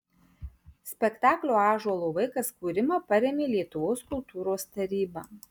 spektaklio ąžuolo vaikas kūrimą parėmė lietuvos kultūros taryba